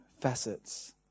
facets